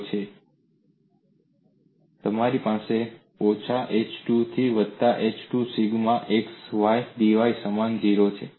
છે અને તમારી પાસે ઓછા h 2 થી વત્તા h 2 સિગ્મા xy dY સમાન 0